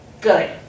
good